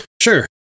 Sure